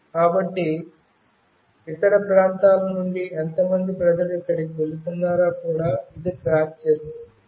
కాబట్టి ఇతర ప్రాంతాల నుండి ఎంత మంది ప్రజలు ఇక్కడకు వెళుతున్నారో కూడా ఇది ట్రాక్ చేస్తుంది